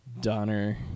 Donner